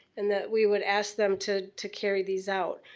and that we would ask them to to carry these out,